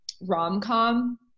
rom-com